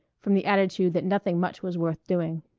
from the attitude that nothing much was worth doing.